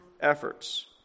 efforts